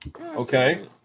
okay